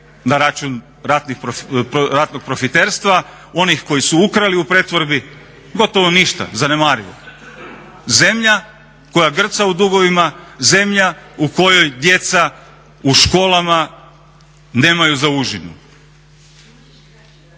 na račun ratnog profiterstva, onih koji su ukrali u pretvorbi. Gotovo ništa, zanemarivo. Zemlja koja grca u dugovima, zemlja u kojoj djeca u školama nemaju za užinu.